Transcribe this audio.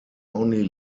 only